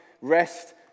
rest